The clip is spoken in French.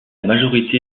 majorité